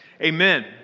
Amen